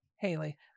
Haley